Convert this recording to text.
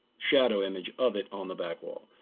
shadow image of it on the back wall.